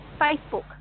Facebook